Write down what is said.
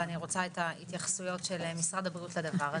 ואני רוצה את ההתייחסויות של משרד הבריאות לדבר הזה.